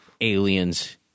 aliens